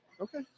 Okay